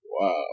Wow